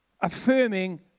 affirming